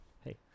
Hey